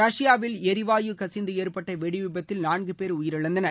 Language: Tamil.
ரஷ்பாவில் எரிவாயு கசிந்து ஏற்பட்ட வெடி விபத்தில் நான்கு பேர் உயிரிழந்தனர்